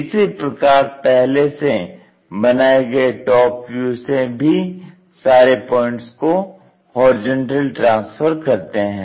इसी प्रकार पहले से बनाए गए टॉप व्यू से भी सारे पॉइंट्स को होरिजेंटली ट्रांसफर करते हैं